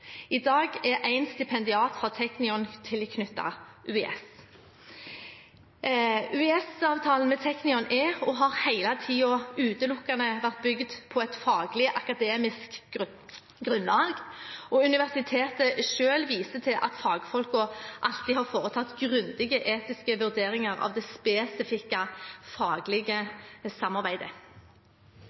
I dag er en stipendiat fra Technion tilknyttet UiS. UiS’ avtale med Technion er og har hele tiden utelukkende vært bygd på et faglig akademisk grunnlag, og universitetet selv viser til at fagfolkene alltid har foretatt grundige etiske vurderinger av det spesifikke faglige samarbeidet.